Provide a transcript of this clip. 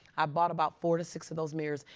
i bought about four to six of those mirrors.